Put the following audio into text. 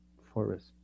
forest